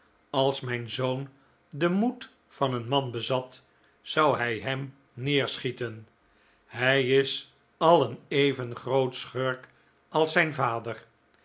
als mijn zoon den moed van een man bezat zou hij hem neerschieten hij is al een even groote schurk als zijn vader